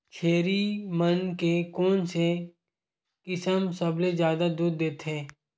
छेरी मन के कोन से किसम सबले जादा दूध देथे?